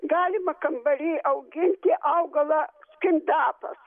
galima kambary auginti augalą skindapas